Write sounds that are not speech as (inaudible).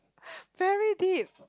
(breath) very deep